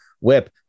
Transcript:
Whip